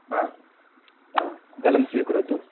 जलं स्वीकरोतु